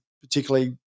particularly